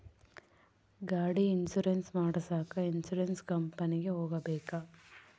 ಗಾಡಿ ಇನ್ಸುರೆನ್ಸ್ ಮಾಡಸಾಕ ಇನ್ಸುರೆನ್ಸ್ ಕಂಪನಿಗೆ ಹೋಗಬೇಕಾ?